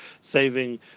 saving